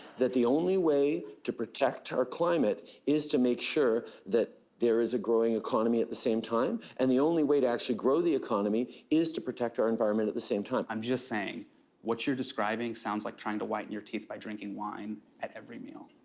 that the only way to protect our climate is to make sure that there is a growing economy at the same time. and the only way to actually grow the economy is to protect our environment at the same time. i'm just saying what you're describing sounds like trying to whiten your teeth by drinking wine at every meal.